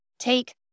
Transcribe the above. Take